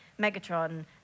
Megatron